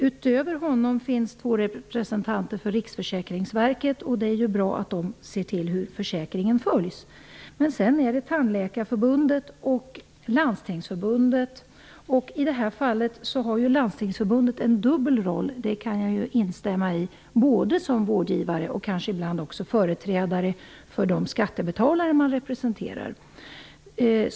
Utöver honom ingår två representanter för Riksförsäkringsverket. Det är bra att de ser efter hur försäkringen följs. Men sedan finns det representanter för Tandläkarförbundet och Lanstingsförbundet. I det avseendet spelar Landstingsförbundet en dubbel roll. Det kan jag instämma i. Landstingsförbundet är dels vårdgivare, dels ibland företrädare för skattebetalare.